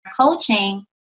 coaching